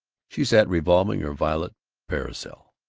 she sat revolving her violet parasol.